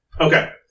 Okay